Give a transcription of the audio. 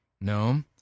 No